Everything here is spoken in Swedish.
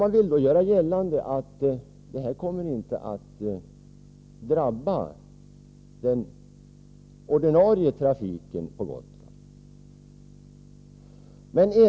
Man vill göra gällande att det inte kommer att drabba den ordinarie trafiken på Gotland.